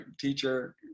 teacher